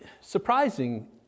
Surprising